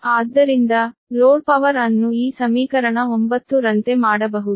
ಆದ್ದರಿಂದ load power ಅನ್ನು ಈ ಸಮೀಕರಣ 9 ರಂತೆ ಮಾಡಬಹುದು